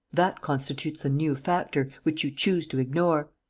that constitutes a new factor, which you choose to ignore.